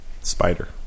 Spider